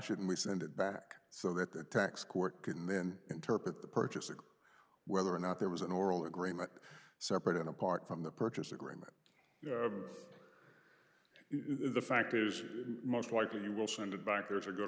should we send it back so that the tax court can then interpret the purchase of whether or not there was an oral agreement separate and apart from the purchase agreement the fact is most likely you will send it back there's a good